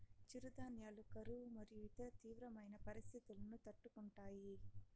చిరుధాన్యాలు కరువు మరియు ఇతర తీవ్రమైన పరిస్తితులను తట్టుకుంటాయి